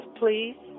please